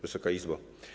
Wysoka Izbo!